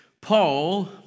Paul